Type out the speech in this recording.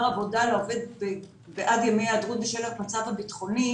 עבודה לעובד בעד ימי היעדרות בשל המצב הביטחוני